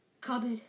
Cupboard